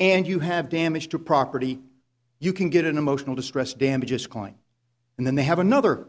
and you have damage to property you can get an emotional distress damages calling and then they have another